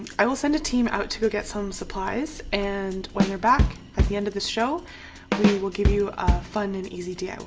i will send a team out to go get some supplies and when they're back at the end of this show we will give you a fun and easy diy.